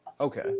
Okay